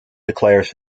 declares